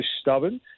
stubborn